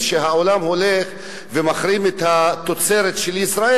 שהעולם הולך ומחרים את התוצרת של ישראל.